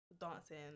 dancing